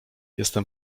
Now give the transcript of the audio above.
jestem